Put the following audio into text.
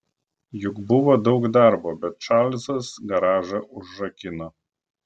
juk buvo daug darbo bet čarlzas garažą užrakino